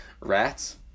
rats